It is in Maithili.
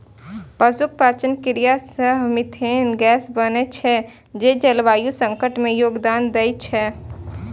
पशुक पाचन क्रिया सं मिथेन गैस बनै छै, जे जलवायु संकट मे योगदान दै छै